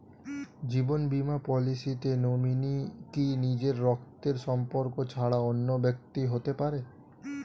জীবন বীমা পলিসিতে নমিনি কি নিজের রক্তের সম্পর্ক ছাড়া অন্য ব্যক্তি হতে পারে?